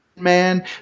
man